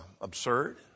absurd